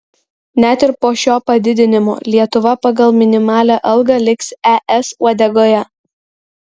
net ir po šio padidinimo lietuva pagal minimalią algą liks es uodegoje